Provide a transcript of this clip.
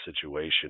situation